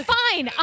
fine